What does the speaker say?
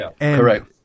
Correct